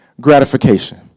gratification